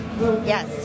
Yes